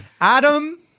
Adam